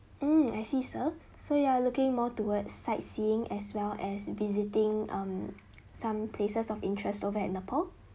mm I see sir so you are looking more towards sightseeing as well as visiting um some places of interest over at nepal